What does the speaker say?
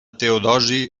teodosi